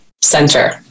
center